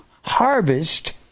harvest